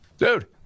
Dude